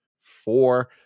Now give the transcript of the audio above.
four